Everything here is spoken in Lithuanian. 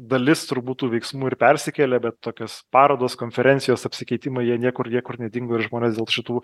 dalis turbūt tų veiksmų ir persikėlė bet tokios parodos konferencijos apsikeitimai jie niekur niekur nedingo ir žmonės dėl šitų